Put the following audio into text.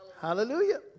hallelujah